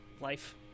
life